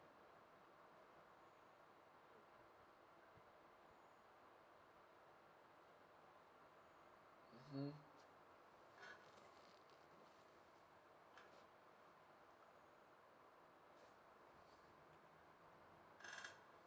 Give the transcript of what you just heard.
mmhmm